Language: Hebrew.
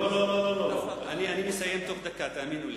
לא, אני מסיים תוך דקה, תאמינו לי.